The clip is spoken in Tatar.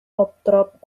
аптырап